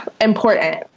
important